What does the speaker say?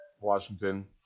Washington